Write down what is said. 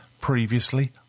Previously